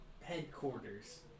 headquarters